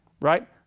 right